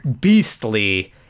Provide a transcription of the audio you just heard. beastly